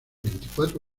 veinticuatro